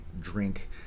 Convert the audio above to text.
drink